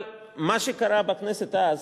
אבל מה שקרה בכנסת אז,